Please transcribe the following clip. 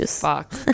fuck